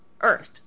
Earth